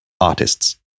artists